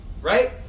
Right